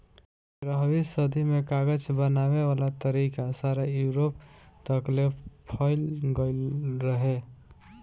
तेरहवीं सदी में कागज बनावे वाला तरीका सारा यूरोप तकले फईल गइल रहे